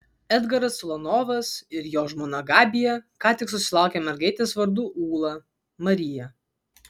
edgaras ulanovas ir jo žmona gabija ką tik susilaukė mergaitės vardu ūla marija